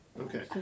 Okay